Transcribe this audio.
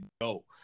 go